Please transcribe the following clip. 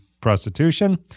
prostitution